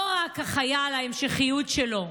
לא רק החייל, ההמשכיות שלו,